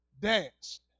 danced